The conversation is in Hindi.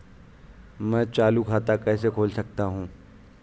मैं चालू खाता कैसे खोल सकता हूँ?